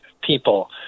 people